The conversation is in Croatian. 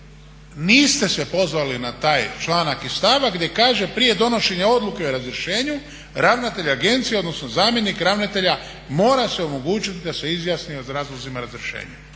3.niste se pozvali na taj članak i stavak gdje kaže "prije donošenja odluke o razrješenju ravnatelj agencije odnosno zamjenik ravnatelja mora se omogućiti da se izjasni o razlozima razrješenja".